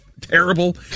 terrible